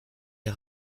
les